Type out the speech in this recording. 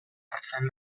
hartzen